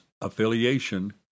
affiliation